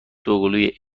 دوقلوی